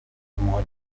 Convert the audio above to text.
شماها